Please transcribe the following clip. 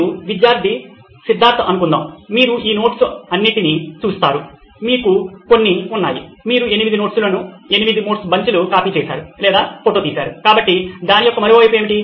మీరు విద్యార్థి సిద్ధార్థ్ అని అనుకుందాం మీరు ఈ నోట్స్ అన్నింటినీ చూస్తారు మీకు కొన్ని ఉన్నాయి మీరు ఎనిమిది నోట్స్లను ఎనిమిది నోట్స్ బంచ్ ను కాపీ చేసారు లేదా ఫోటో తీశారు కాబట్టి దాని యొక్క మరొ వైపు ఏమిటి